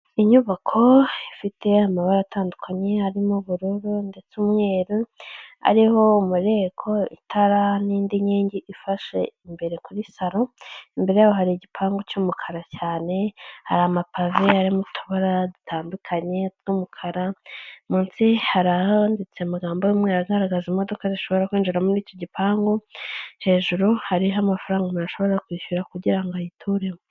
Inyubako ifite amabara atandukanye harimo ubururu ndetse umweru, hariho umureko, itara n'indi nkingi ifashe imbere kuri saro, imbere yaho hari igipangu cy'umukara cyane, hari amapave arimo utubara dutandukanye tw'umukara, munsi hari ahanditse amagambo amwe agaragaza imodoka zishobora kwinjira muri icyo gipangu, hejuru hariho amafaranga umuntu ashobora kwishyura kugira ngo ayituremo.